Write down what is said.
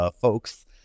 folks